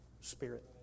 spirit